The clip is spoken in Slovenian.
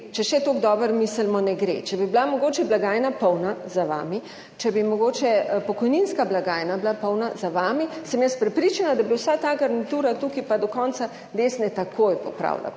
Če še tako dobro mislimo, ne gre. Če bi bila mogoče blagajna polna, za vami, če bi mogoče pokojninska blagajna bila polna, za vami, sem jaz prepričana, da bi vsa ta garnitura tukaj pa do konca desne takoj popravila pokojnine,